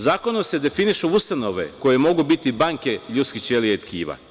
Zakonom se definišu ustanove koje mogu biti banke ljudskih ćelija i tkiva.